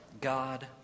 God